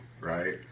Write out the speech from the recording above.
right